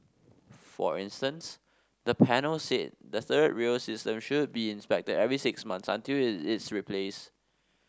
for instance the panel said the third rail system should be inspected every six months until it is replaced